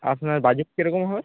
আপনার বাজেট কীরকম হবে